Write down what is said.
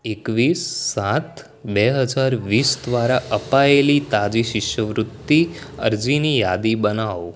એકવીસ સાત બે હજાર વીસ દ્વારા અપાયેલી તાજી શિષ્યવૃત્તિ અરજીની યાદી બનાવો